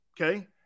okay